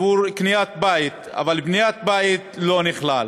עבור קניית בית, אבל בניית בית לא נכללת.